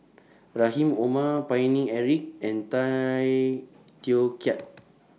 Rahim Omar Paine Eric and Tay Teow Kiat